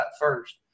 first